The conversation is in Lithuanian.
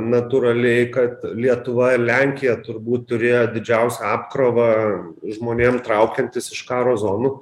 natūraliai kad lietuva ir lenkija turbūt turėjo didžiausią apkrovą žmonėm traukiantis iš karo zonų